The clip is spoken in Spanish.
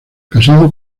casado